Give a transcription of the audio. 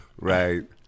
right